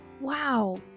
Wow